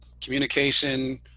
communication